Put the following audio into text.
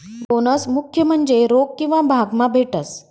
bonus मुख्य म्हन्जे रोक किंवा भाग मा भेटस